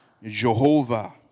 Jehovah